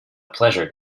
pleasure